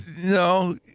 no